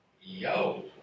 Yo